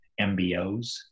MBOs